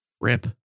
Rip